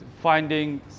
finding